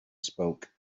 spoke